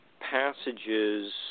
passages